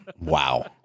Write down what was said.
Wow